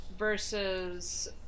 versus